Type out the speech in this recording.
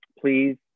please